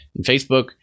Facebook